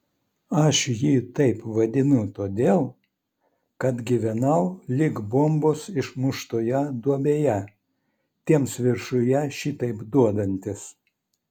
aš jį taip vadinu todėl kad gyvenau lyg bombos išmuštoje duobėje tiems viršuje šitaip duodantis